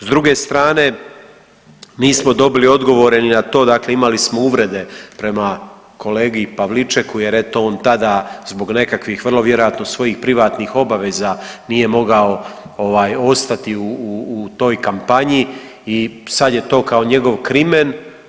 S druge strane, nismo dobili odgovore ni na to, dakle imali smo uvrede prema kolegi Pavličeku jer eto on tada zbog nekakvih vrlo vjerojatno svojih privatnih obaveza nije mogao ovaj ostati u toj kampanji i sad je to kao njegov krimen.